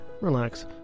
relax